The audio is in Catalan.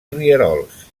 rierols